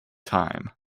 time